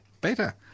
better